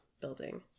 building